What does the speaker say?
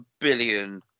billion